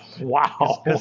Wow